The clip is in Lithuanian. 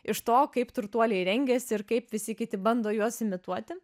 iš to kaip turtuoliai rengiasi ir kaip visi kiti bando juos imituoti